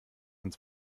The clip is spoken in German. ins